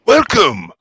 Welcome